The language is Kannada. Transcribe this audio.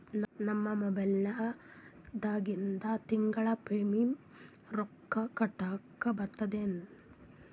ನಮ್ಮ ಮೊಬೈಲದಾಗಿಂದ ತಿಂಗಳ ಪ್ರೀಮಿಯಂ ರೊಕ್ಕ ಕಟ್ಲಕ್ಕ ಬರ್ತದೇನ್ರಿ?